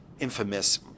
infamous